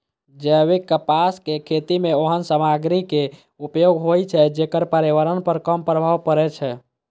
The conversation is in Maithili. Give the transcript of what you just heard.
जैविक कपासक खेती मे ओहन सामग्रीक उपयोग होइ छै, जेकर पर्यावरण पर कम प्रभाव पड़ै छै